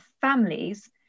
families